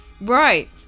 Right